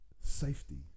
safety